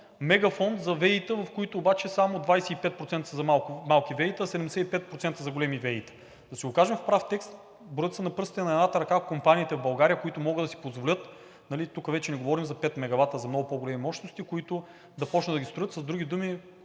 мегафонд за ВЕИ-та, в които обаче само 25% са за малки ВЕИ-та, а 75% за големи ВЕИ-та. Да си го кажем в прав текст – броят се на пръстите на едната ръка компаниите в България, които могат да си позволят – тук вече не говорим за пет мегавата, а за много по-големи мощности, които да започнат да ги строят. (Председателят